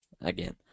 again